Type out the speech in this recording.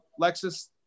Lexus